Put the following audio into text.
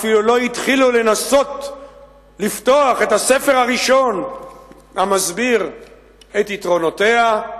אפילו לא התחילו לנסות לפתוח את הספר הראשון המסביר את יתרונותיה,